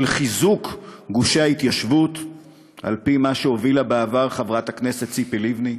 של חיזוק גושי ההתיישבות על-פי מה שהובילה בעבר חברת הכנסת ציפי לבני,